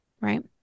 right